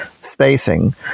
spacing